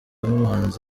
nk’umuhanzi